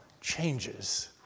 changes